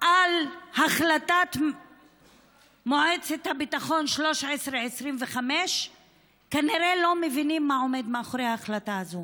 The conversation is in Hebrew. על החלטת מועצת הביטחון 1325 כנראה לא מבינות מה עומד מאחורי החלטה זו.